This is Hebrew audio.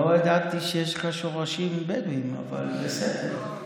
לא ידעתי שיש לך שורשים בדואיים, אבל בסדר.